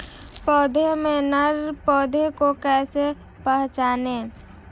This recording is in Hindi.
पौधों में नर पौधे को कैसे पहचानें?